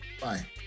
bye